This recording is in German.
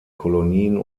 kolonien